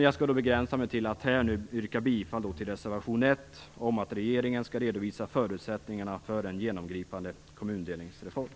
Jag skall begränsa mig till att yrka bifall till reservation 1, om att regeringen skall redovisa förutsättningarna för en genomgripande kommundelningsreform.